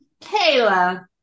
Kayla